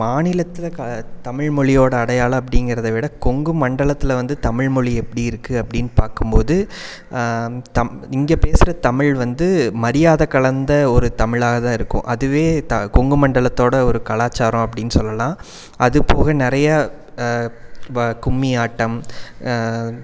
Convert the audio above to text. மாநிலத்தில் தமிழ் மொழியோட அடையாளம் அப்படிங்குறத விட கொங்கு மண்டலத்தில் வந்து தமிழ் மொழி எப்படிருக்கு அப்படினு பார்க்கும்போது இங்கே பேசுகிற தமிழ் வந்து மரியாதை கலந்த ஒரு தமிழாகதான் இருக்கும் அதுவே கொங்கு மண்டலத்தோட ஒரு கலாச்சாரம் அப்படினு சொல்லலாம் அதுபோக நிறைய கும்மியாட்டம்